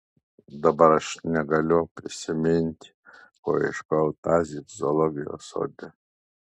dabar aš negaliu prisiminti ko ieškojau tąsyk zoologijos sode